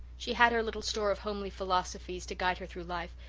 she had her little store of homely philosophies to guide her through life,